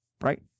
right